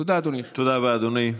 תודה, אדוני.